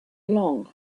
along